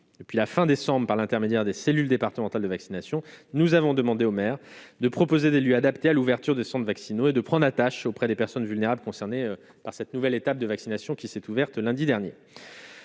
depuis la fin décembre, par l'intermédiaire des cellules départementales de vaccination, nous avons demandé au maire de proposer des lieux adaptés à l'ouverture de sondes vaccinaux et de prendre attache auprès des personnes vulnérables, concernés par cette nouvelle étape de vaccination qui s'est ouverte lundi dernier,